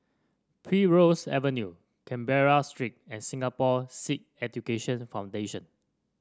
Primrose Avenue Canberra Street and Singapore Sikh Education Foundation